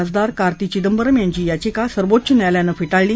खासदार कार्ती चिदंबरम यांची याचिका सर्वोच्च न्यायालयानं फेटाळली